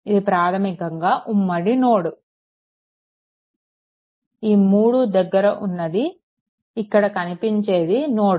ఇది ప్రాథమికంగా ఉమ్మడి నోడ్ ఈ 3 దగ్గర ఉన్నది ఇక్కడ కనిపించేది నోడ్